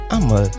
I'ma